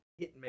Hitman